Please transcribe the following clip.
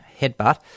headbutt